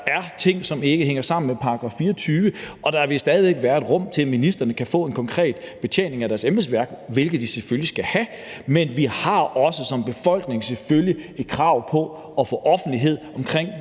Der er ting, som ikke hænger sammeni forbindelse med § 24, og der vil stadig væk være et rum til, at ministrene kan få en konkret betjening af deres embedsværk, hvilket de selvfølgelig skal have. Men vi har selvfølgelig også som befolkning krav på at få offentlighed i